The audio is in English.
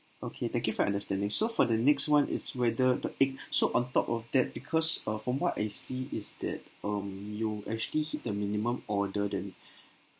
okay thank you for your understanding so for the next [one] is whether the egg so on top of that because uh from what I see is that um you actually hit the minimum order then